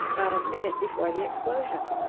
not a minute before the explosion.